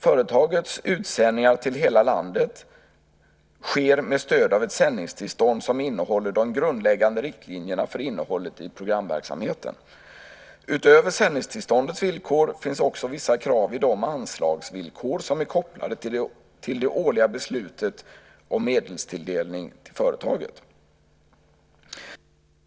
Företagets utsändningar till hela landet sker med stöd av ett sändningstillstånd som innehåller de grundläggande riktlinjerna för innehållet i programverksamheten. Utöver sändningstillståndets villkor finns också vissa krav i de anslagsvillkor som är kopplade till det årliga beslutet om medelstilldelning till företaget.